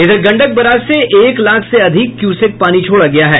इधर गंडक बराज से एक लाख से अधिक क्यूसेक पानी छोड़ा गया है